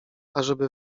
ażeby